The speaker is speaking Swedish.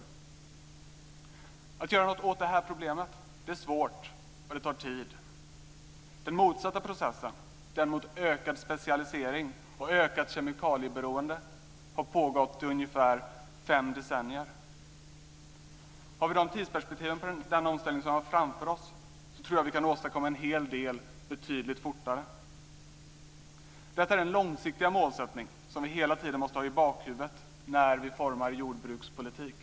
Det är svårt att göra någonting åt det här problemet, och det tar tid. Den motsatta processen, den mot ökad specialisering och ökat kemikalieberoende, har pågått i ungefär fem decennier. Om vi har de tidsperspektiven på den omställning som vi har framför oss tror jag att vi kan åstadkomma en hel del betydligt fortare. Detta är den långsiktiga målsättningen, som vi hela tiden måste ha i bakhuvudet när vi formar jordbrukspolitiken.